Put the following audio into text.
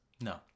No